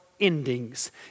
endings